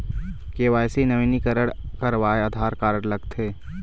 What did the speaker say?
KYC नवीनीकरण करवाये Aadhaar card लगथे?